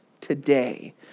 today